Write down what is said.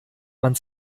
man